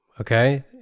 okay